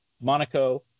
Monaco